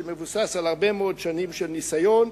שמבוסס על הרבה מאוד שנים של ניסיון,